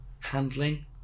handling